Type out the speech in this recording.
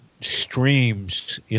streams